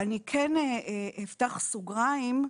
אני כן אפתח סוגריים,